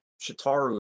Shitaru